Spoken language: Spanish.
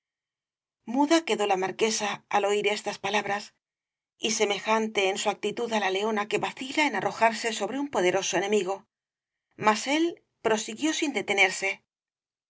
muda quedó la marquesa al oir estas palabras y semejante en su actitud á la leona que vacila en arrojarse sobre un poderoso enemigo mas él prosiguió sin detenerse